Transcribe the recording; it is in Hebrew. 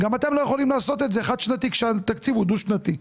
גם אתם לא יכולים לעשות את זה חד-שנתי כשהתקציב הוא דו-שנתי.